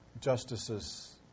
justices